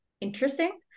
interesting